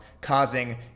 causing